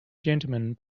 gentleman